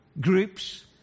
groups